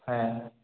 হ্যাঁ